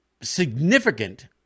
significant